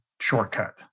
shortcut